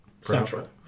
Central